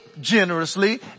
generously